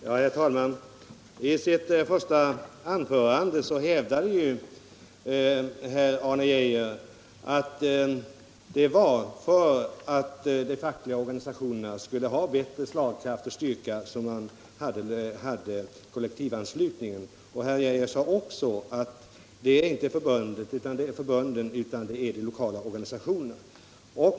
Herr talman! I sitt första anförande hävdade herr Arne Geijer att syftet med kollektivanslutningen var att förbättra de fackliga organisationernas styrka och slagkraft. Herr Geijer sade också att det inte är förbunden utan de lokala organisationerna som har avgörandet.